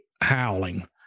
howling